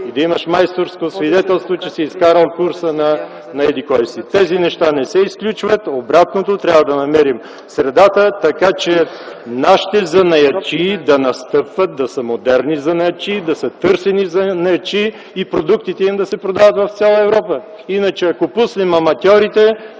и да имаш майсторско свидетелство, че си изкарал курса на еди-кой си. Тези неща не се изключват. Обратното, трябва да намерим средата, така че нашите занаятчии да настъпват, да са модерни и търсени занаятчии и продуктите им да се продават в цяла Европа. Иначе ако пуснем аматьорите,